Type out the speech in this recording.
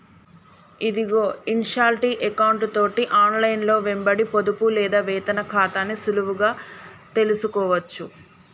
ఇదిగో ఇన్షాల్టీ ఎకౌంటు తోటి ఆన్లైన్లో వెంబడి పొదుపు లేదా వేతన ఖాతాని సులువుగా తెలుసుకోవచ్చు